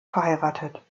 verheiratet